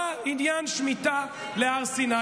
מה עניין שמיטה להר סיני?